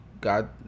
god